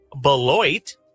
Beloit